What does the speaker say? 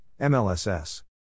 MLSS